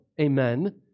amen